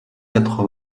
quatre